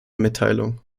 mitteilung